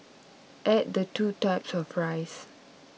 add the two types of rice